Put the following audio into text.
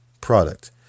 product